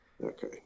Okay